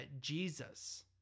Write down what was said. Jesus